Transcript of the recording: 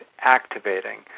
activating